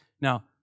Now